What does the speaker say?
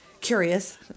curious